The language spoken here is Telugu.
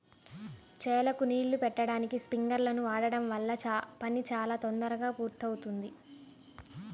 చేలకు నీళ్ళు బెట్టడానికి స్పింకర్లను వాడడం వల్ల పని చాలా తొందరగా పూర్తవుద్ది